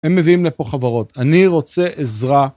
הם מביאים לפה חברות, אני רוצה עזרה.